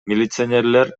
милиционерлер